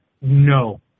No